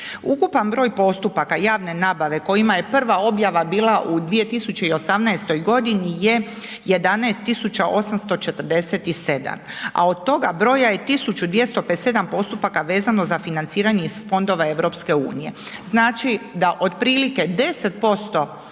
Ukupan broj postupaka javne nabave kojima je prva objava bila u 2018. godini je 11.847, a od toga broja je 1257 postupaka vezano za financiranje iz fondova EU. Znači da otprilike 10%